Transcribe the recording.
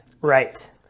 Right